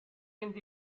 vint